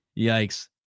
Yikes